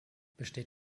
besteht